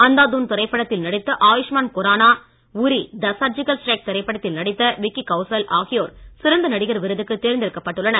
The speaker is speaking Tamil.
அந்தாதுன் திரைப்படத்தில் நடித்த Ayushmann Khurrana Uri the surgical strike திரைப்படத்தில் நடித்த விக்கி கவுசல் ஆகியோர் சிறந்த நடிகர் விருதுக்கு தேர்ந்தெடுக்கப்பட்டு உள்ளனர்